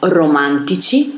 romantici